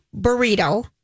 burrito